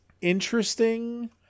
interesting